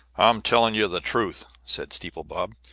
i'm telling you the truth, said steeple bob,